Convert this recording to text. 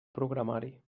programari